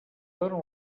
dono